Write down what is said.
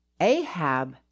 Ahab